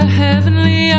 heavenly